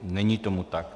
Není tomu tak.